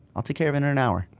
i'll take care of it in an hour.